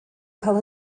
cael